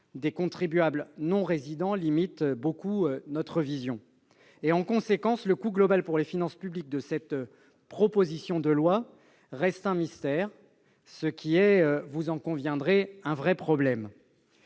des contribuables non résidents limite beaucoup notre vision. En conséquence, le coût global pour les finances publiques de cette proposition de loi reste un mystère, ce qui pose, vous en conviendrez, un vrai problème.